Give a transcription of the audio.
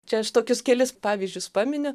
čia aš tokius kelis pavyzdžius paminiu